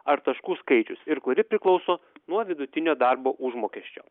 ar taškų skaičius ir kuri priklauso nuo vidutinio darbo užmokesčio